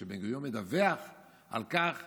ובו בן-גוריון מדווח על כך